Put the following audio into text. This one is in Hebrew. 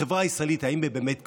החברה הישראלית, האם היא באמת קרועה?